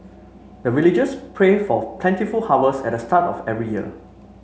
the villagers pray for plentiful harvest at the start of every year